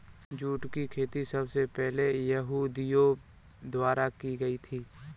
jute की खेती सबसे पहले यहूदियों द्वारा की गयी थी